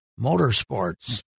Motorsports